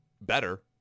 better